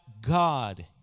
God